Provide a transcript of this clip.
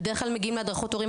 בדרך כלל מגיעים להדרכות הורים,